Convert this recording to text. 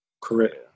Correct